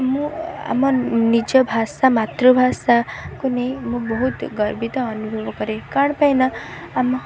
ମୁଁ ଆମ ନିଜ ଭାଷା ମାତୃଭାଷାକୁ ନେଇ ମୁଁ ବହୁତ ଗର୍ବିତ ଅନୁଭବ କରେ କ'ଣ ପାଇଁ ନା ଆମ